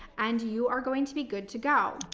and you are going to be good to go.